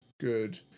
good